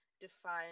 define